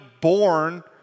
born